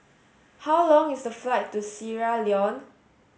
how long is the flight to Sierra Leone